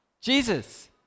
Jesus